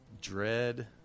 dread